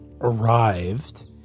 arrived